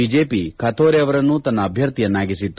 BJP Kathore ಅವರನ್ನು ತನ್ನ ಅಭ್ವರ್ಥಿಯನ್ನಾಗಿಸಿತ್ತು